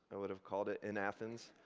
i would have called it, in athens,